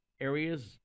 areas